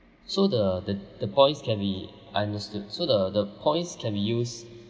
so the the the points can be understood so the the points can be used